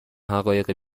حقایق